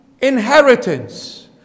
inheritance